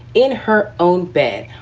in her own bed,